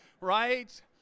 right